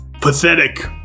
Pathetic